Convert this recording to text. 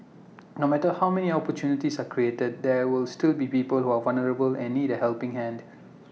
no matter how many opportunities are created there will still be people who are vulnerable and need A helping hand